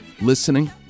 listening